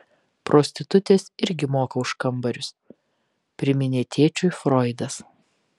prostitutės irgi moka už kambarius priminė tėčiui froidas